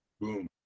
Boom